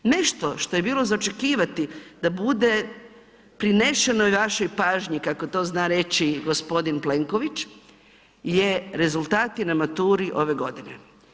Nešto što je bilo za očekivati da bude prinešeno našoj pažnji kako to zna reći g. Plenković je rezultati na maturi ove godine.